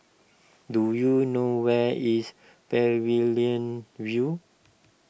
do you know where is Pavilion View